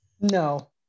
No